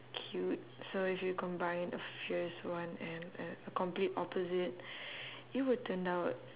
cute so if you combine a fierce one and a a complete opposite it would turn out